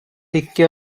икки